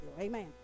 amen